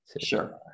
sure